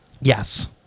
Yes